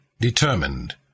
Determined